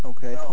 Okay